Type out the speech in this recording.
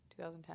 2010